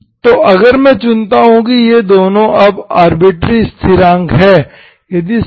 तो अगर मैं चुनता हूं कि ये दोनों अब अर्बिट्ररी स्थिरांक हैं